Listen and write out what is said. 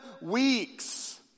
weeks